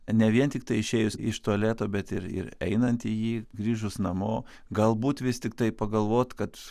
ne vien tiktai išėjus iš tualeto bet ir ir einant į jį grįžus namo galbūt vis tiktai pagalvot kad